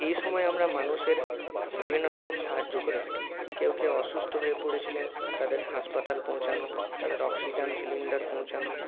এই সময় আমরা মানুষের বিভিন্নরকম সাহায্য করে থাকি কেউ কেউ অসুস্থ হয়ে পড়েছিলেন তাদের হাসপাতাল পৌঁছানো তাদের অক্সিজেন সিলিন্ডার পৌঁছানো